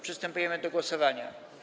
Przystępujemy do głosowania.